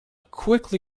quickly